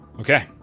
Okay